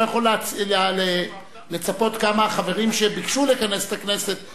אני לא יכול לצפות כמה חברים שביקשו לכנס את הכנסת יגיעו.